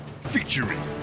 Featuring